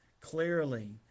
clearly